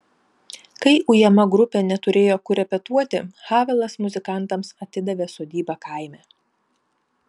kai ujama grupė neturėjo kur repetuoti havelas muzikantams atidavė sodybą kaime